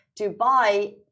Dubai